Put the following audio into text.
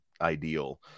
ideal